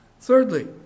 Thirdly